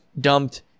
dumped